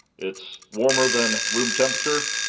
it's warmer than room temperature.